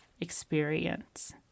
experience